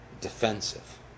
defensive